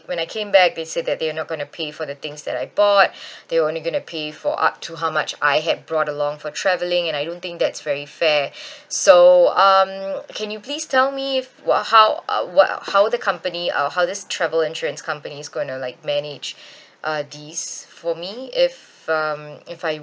when I came back they said that they were not going to pay for the things that I bought they were only going to pay for up to how much I had brought along for travelling and I don't think that's very fair so um can you please tell me if wha~ how uh wha~ how the company uh how this travel insurance company is going to like manage uh this for me if um if I